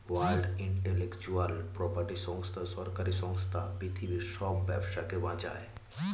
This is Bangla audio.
ওয়ার্ল্ড ইন্টেলেকচুয়াল প্রপার্টি সংস্থা সরকারি সংস্থা পৃথিবীর সব ব্যবসাকে বাঁচায়